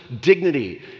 dignity